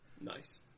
Nice